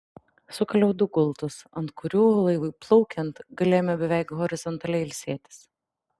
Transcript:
sukaliau du gultus ant kurių laivui plaukiant galėjome beveik horizontaliai ilsėtis